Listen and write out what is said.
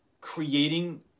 creating